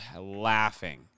laughing